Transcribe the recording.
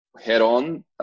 head-on